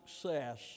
success